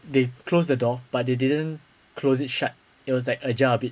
they closed the door but they didn't close it shut it was like ajar a bit